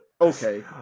Okay